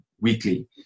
weekly